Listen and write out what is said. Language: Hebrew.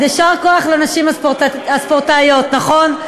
אז יישר כוח לנשים הספורטאיות, נכון.